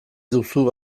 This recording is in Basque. duzu